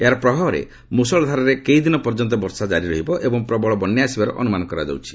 ଏହାର ପ୍ରଭାବରେ ମୁଷଳଧାରାରେ କେଇଦିନ ପର୍ଯ୍ୟନ୍ତ ବର୍ଷା ହେବ ଏବଂ ପ୍ରବଳ ବନ୍ୟା ଆସିବାର ଅନୁମାନ କରାଯାଉଛି